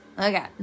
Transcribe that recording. Okay